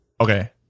Okay